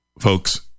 Folks